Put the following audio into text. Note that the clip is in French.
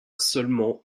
seulement